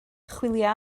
chwilio